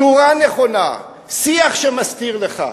תאורה נכונה, שיח שמסתיר לך.